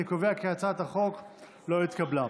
אני קובע כי הצעת החוק לא התקבלה.